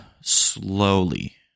slowly